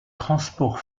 transport